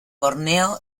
borneo